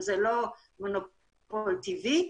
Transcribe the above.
זה לא מונופול טבעי,